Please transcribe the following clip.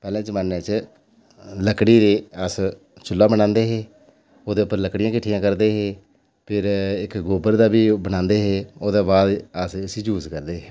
पैह्ले जमाने च लकड़ी दे अस चूह्ल्ला बनांदे हे ओह्दे उप्पर लकड़ियां किट्ठियां करदे हे फ्ही इक गोबर दा बी इक ओह् बनांदे हे ओह्दे बाद अस इस्सी यूज करदे हे